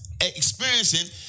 Experiencing